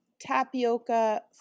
tapioca